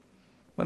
כן.